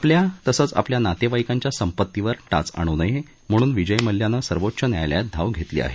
आपल्या आणि आपल्या नोतवाईकांच्या संपत्तीवर टाच आणू नये म्हणून विजय मल्ल्यानं सर्वोच्च न्यायालयात धाव घेतली आहे